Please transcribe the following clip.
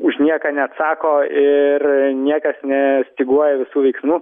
už nieką neatsako ir niekas nestyguoja visų veiksmų